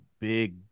big